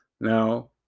Now